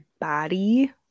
body